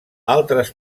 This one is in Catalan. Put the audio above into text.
altres